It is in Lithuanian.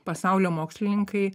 pasaulio mokslininkai